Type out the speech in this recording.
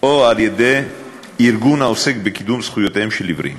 או על-ידי ארגון העוסק בקידום זכויות עיוורים.